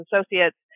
associates